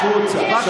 החוצה.